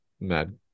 Mad